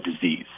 disease